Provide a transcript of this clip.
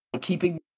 keeping